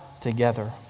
together